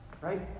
Right